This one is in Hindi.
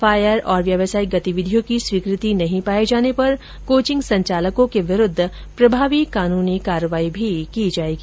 फायर और व्यावसायिक गतिविधियों की स्वीकृति नहीं पाये जाने पर कोचिंग संचालको के विरूद्व प्रभावी कानूनी कार्रवाई भी की जायेगी